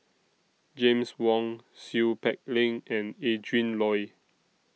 James Wong Seow Peck Leng and Adrin Loi